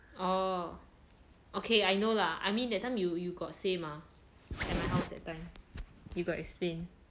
orh okay I know lah I mean that time you you got say mah my house that time you got explain